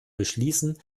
beschließen